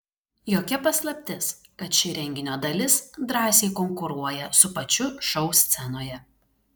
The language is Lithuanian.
jokia paslaptis kad ši renginio dalis drąsiai konkuruoja su pačiu šou scenoje